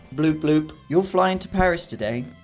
bloop bloop you're flying to paris today,